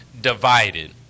divided